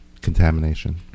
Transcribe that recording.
contamination